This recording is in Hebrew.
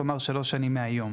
כלומר שלוש שנים מהיום,